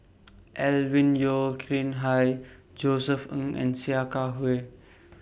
Alvin Yeo Khirn Hai Josef Ng and Sia Kah Hui